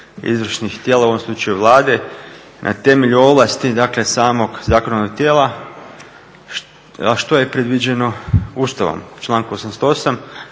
izvršnih tijela, u ovom slučaju Vlade, na temelju ovlasti dakle samog zakonodavnog tijela, a što je predviđeno Ustavom, člankom 88.